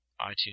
iTunes